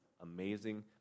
amazing